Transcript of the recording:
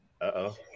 uh-oh